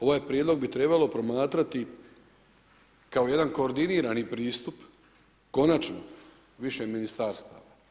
Ovaj prijedlog bi trebalo promatrati kao jedan koordinirani pristup konačno više ministarstava.